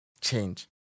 change